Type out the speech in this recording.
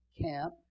camp